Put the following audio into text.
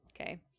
Okay